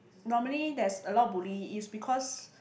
normally there's a lot bully is because